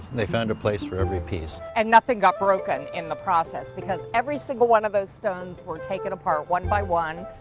they found a place for every piece. and nothing got broken in the process because every single one of those stones were taken apart one by one.